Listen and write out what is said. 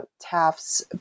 Taft's